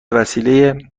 وسیله